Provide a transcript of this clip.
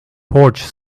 porch